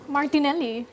Martinelli